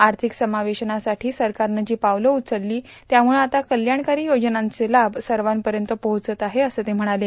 आर्थिक समावेशनासाठी सरकारनं जी पावलं उचचली त्याम्रछं आता कल्याणकारी योजनांचे लाभ सर्वापर्यत पोहोचत आहेत असं ते म्हणाले